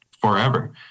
forever